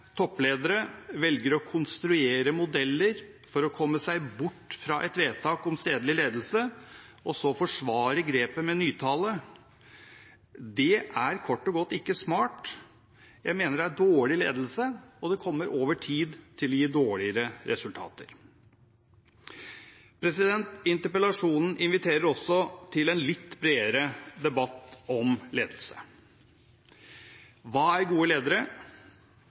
toppledere velger å konstruere modeller for å komme seg bort fra et vedtak om stedlig ledelse og så forsvarer grepet med nytale. Det er kort og godt ikke smart. Jeg mener det er dårlig ledelse, og det kommer over tid til å gi dårligere resultater. Interpellasjonen inviterer også til en litt bredere debatt om ledelse. Hva er gode ledere?